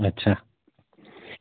अच्छा